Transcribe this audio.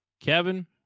Kevin